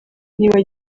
niba